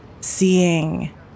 seeing